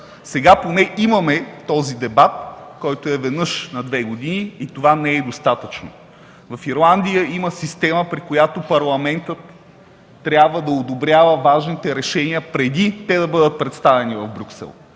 Сега поне имаме този дебат, който е веднъж на две години, и това не е достатъчно. В Ирландия има система, при която Парламентът трябва да одобрява важните решения, преди те да бъдат представени в Брюксел.